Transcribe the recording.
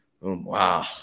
Wow